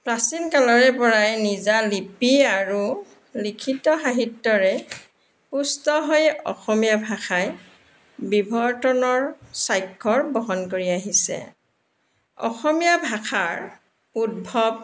প্ৰাচীন কালৰে পৰাই নিজা লিপি আৰু লিখিত সাহিত্যৰে পুষ্ট হৈ অসমীয়া ভাষাই বিৱৰ্তনৰ স্বাক্ষৰ বহন কৰি আহিছে অসমীয়া ভাষাৰ উদ্ভৱ